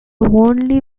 only